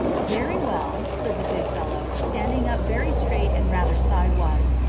very well, said the big fellow, standing up very straight and rather sidewise,